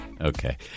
Okay